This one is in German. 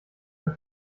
mehr